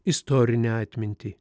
istorinę atmintį